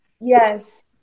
Yes